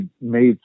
made